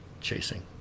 chasing